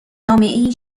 جامعهای